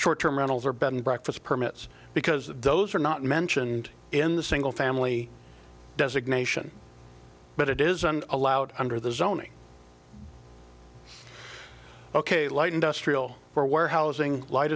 short term rentals or bed and breakfast permits because those are not mentioned in the single family designation but it isn't allowed under the zoning ok light industrial or warehousing light